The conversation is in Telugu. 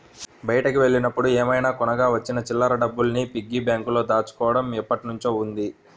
బయటికి వెళ్ళినప్పుడు ఏమైనా కొనగా వచ్చిన చిల్లర డబ్బుల్ని పిగ్గీ బ్యాంకులో దాచుకోడం ఎప్పట్నుంచో ఉంది